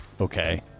okay